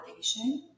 validation